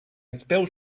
spell